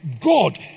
God